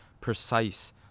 precise